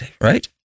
right